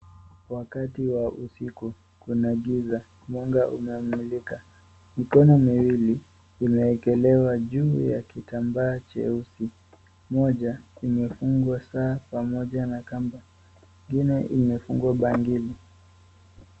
Wakati wa usiku, kuna giza, mwanga unamulika, mikono miwili imewekelewa juu ya kitambaa cheusi, moja kimefungwa saa pamoja na kamba ingine imefungwa bangili.